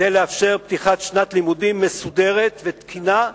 כדי לאפשר פתיחת שנת לימודים מסודרת ותקינה,